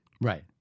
Right